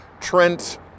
Trent